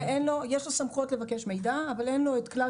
יש לו סמכויות לבקש מידע אבל אין לו את כלל